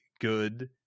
good